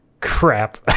crap